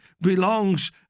belongs